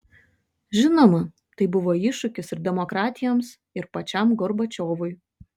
žinoma tai buvo iššūkis ir demokratijoms ir pačiam gorbačiovui